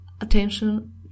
attention